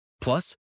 Plus